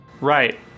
Right